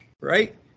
right